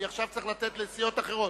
אני עכשיו צריך לתת לסיעות אחרות.